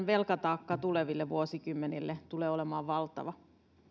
velkataakka tuleville vuosikymmenille tulee olemaan valtava